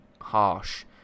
harsh